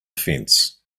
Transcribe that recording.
fence